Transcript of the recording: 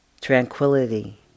tranquility